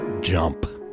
jump